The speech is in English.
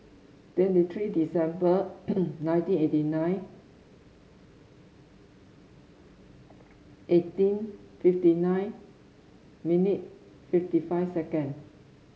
twenty three December nineteen eighty nine eighteen fifty nine minute fifty five second